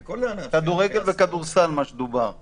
יש לו היגיון אפידמיולוגי, הוא ראוי בנסיבות האלו.